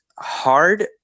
hard